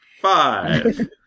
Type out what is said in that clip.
five